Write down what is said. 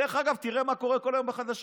דרך אגב, תראה מה קורה כל יום בחדשות: